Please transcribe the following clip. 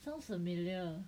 sounds familiar